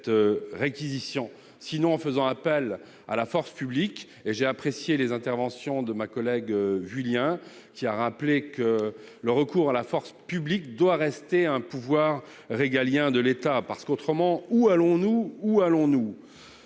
cette réquisition, sinon en faisant appel à la force publique. J'ai apprécié les interventions de ma collègue Michèle Vullien, qui a rappelé que le recours à la force publique devait rester un pouvoir régalien de l'État ; sinon, où allons-nous ?